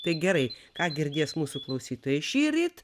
tai gerai ką girdės mūsų klausytojai šįryt